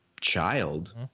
child